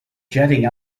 jetting